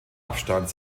abstand